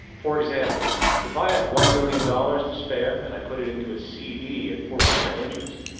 for example if i have one million dollars to spare. and i put it into a cd at four percent interest,